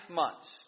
months